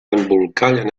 embolcallen